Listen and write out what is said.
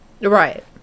Right